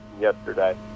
yesterday